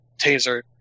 taser